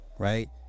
Right